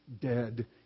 dead